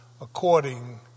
according